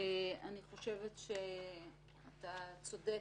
אני חושבת שאתה צודק,